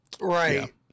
Right